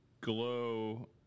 Glow